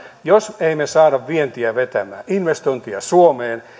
jos emme saa vientiä vetämään investointeja suomeen